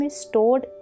stored